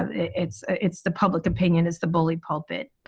ah it's it's the public opinion is the bully pulpit